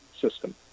system